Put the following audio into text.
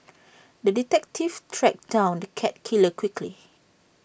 the detective tracked down the cat killer quickly